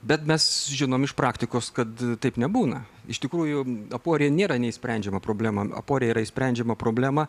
bet mes žinom iš praktikos kad taip nebūna iš tikrųjų aporija nėra neišsprendžiama problema aporija yra išsprendžiama problema